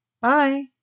Bye